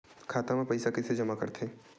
खाता म पईसा कइसे जमा करथे?